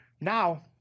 Now